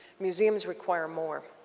museums require more.